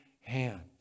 hand